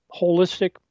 holistic